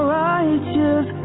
righteous